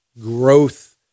growth